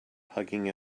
hugging